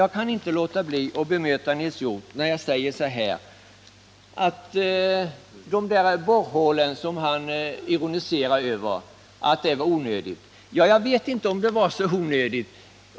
Jag kan inte låta bli att bemöta Nils Hjorth när han ironiserar över borrhålen som onödiga. Jag vet inte om de är så onödiga.